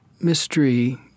mystery